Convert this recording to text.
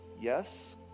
yes